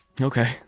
Okay